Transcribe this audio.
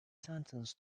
sentenced